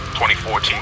2014